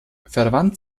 verwandt